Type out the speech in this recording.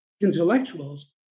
intellectuals